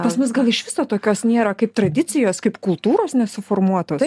pas mus gal iš viso tokios nėra kaip tradicijos kaip kultūros nesuformuotos